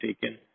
taken